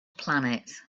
planet